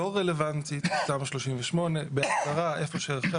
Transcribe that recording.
לא רלוונטי תמ"א 38. בהגדרה איפה שערכי